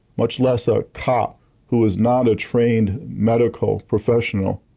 much less a cop who is not a trained medical professional.